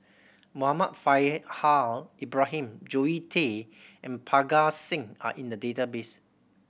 Muhammad Faishal Ibrahim Zoe Tay and Parga Singh are in the database